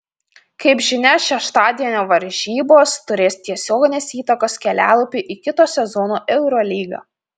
kaip žinia šeštadienio varžybos turės tiesioginės įtakos kelialapiui į kito sezono eurolygą